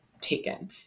taken